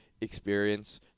experience